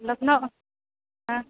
लखनऊ हाँ